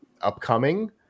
upcoming